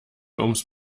ums